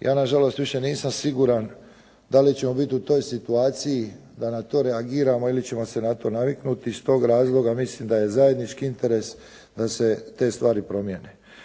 Ja na žalost više nisam siguran da li ćemo biti u toj situaciji da na to reagiramo ili ćemo se na to naviknuti i iz tog razloga mislim da je zajednički interes da se te stvari promijene.